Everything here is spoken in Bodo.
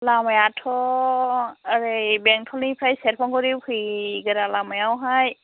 लामायाथ' ओरै बेंटलनिफ्राय सेरफांगुरि फैग्रा लामायावहाय